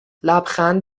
لبخند